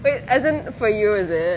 wait as in for you is it